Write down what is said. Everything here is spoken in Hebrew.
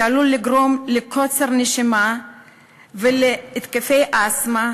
שעלול לגרום לקוצר נשימה ולהתקפי אסתמה,